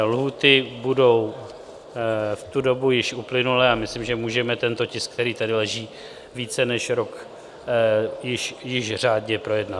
Lhůty budou v tu dobu již uplynulé a myslím, že můžeme tento tisk, který tady leží více než rok, již řádně projednat.